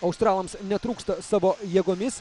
australams netrūksta savo jėgomis